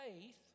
faith